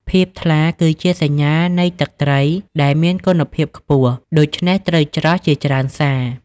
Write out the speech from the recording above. ភាពថ្លា គឺជាសញ្ញានៃទឹកត្រីដែលមានគុណភាពខ្ពស់ ដូច្នេះត្រូវច្រោះជាច្រើនសា។